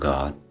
God